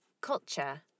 culture